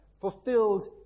fulfilled